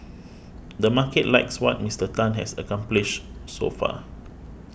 the market likes what Mister Tan has accomplished so far